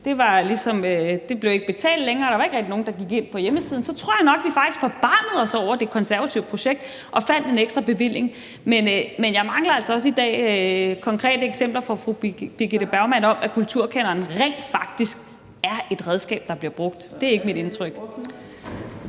blev ikke betalt længere, og der var ikke rigtig nogen, der gik ind på hjemmesiden. Så tror jeg nok, at vi faktisk forbarmede os over det konservative projekt og fandt en ekstra bevilling. Men jeg mangler altså også i dag konkrete eksempler fra fru Birgitte Bergman på, at kulturkanonen rent faktisk er et redskab, der bliver brugt. Det er ikke mit indtryk.